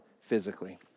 physically